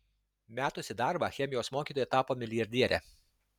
metusi darbą chemijos mokytoja tapo milijardiere